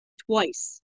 twice